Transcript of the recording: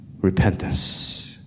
repentance